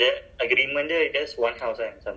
no but I think